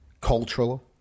cultural